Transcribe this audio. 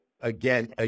again